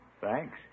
thanks